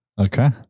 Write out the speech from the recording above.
Okay